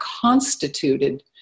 constituted